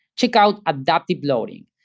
check out adaptive loading,